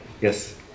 yes